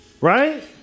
right